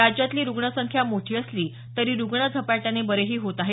राज्यातली रुग्ण संख्या मोठी असली तरी रुग्ण झपाट्याने बरेही होत आहेत